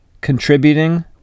contributing